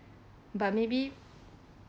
but maybe